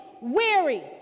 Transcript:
weary